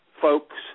folks